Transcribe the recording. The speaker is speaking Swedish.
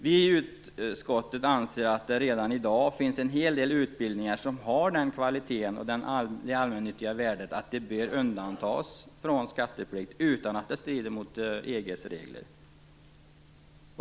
Vi i utskottet anser att det redan i dag finns en hel del utbildningar som har den kvaliteeten och det allmännyttiga värdet att de bör undantas från skatteplikt utan att det strider mot EG:s regler.